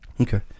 okay